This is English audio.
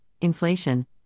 inflation